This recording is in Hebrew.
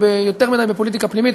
יותר מדי בפוליטיקה פנימית.